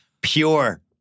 Pure